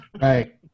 Right